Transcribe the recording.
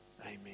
Amen